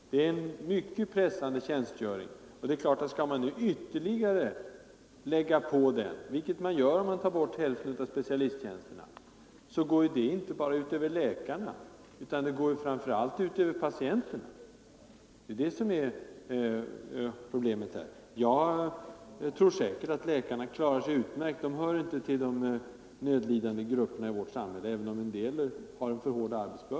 Det är en mycket pressande ansvarsbörda och skall man ytterligare öka den, vilket man måste göra om man tar bort hälften av specialisttjänsterna, så går det inte bara ut över läkarna utan det går framför allt ut över patienterna. Det är det som är problemet här. Jag tror att läkarna klarar sig utmärkt. De hör inte till de nödlidande Nr 120 grupperna i vårt samhälle, även om en del har en för hård arbetsbörda.